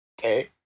Okay